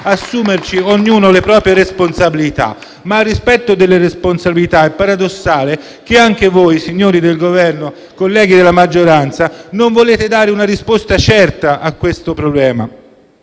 assumerci ognuno le proprie responsabilità. Ma, nel rispetto delle responsabilità, è paradossale che anche voi, signori del Governo, colleghi della maggioranza, non vogliate dare una risposta certa a questo problema